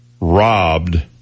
Robbed